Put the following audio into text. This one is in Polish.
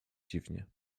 dziwnie